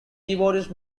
keyboardist